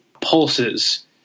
pulses